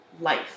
life